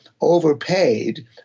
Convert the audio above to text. overpaid